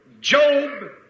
Job